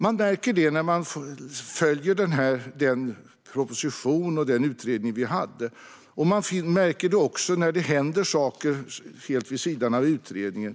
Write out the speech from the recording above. Man märker detta när man följer den proposition och den utredning vi hade, och man märker det också när det händer saker vid sidan av utredningen.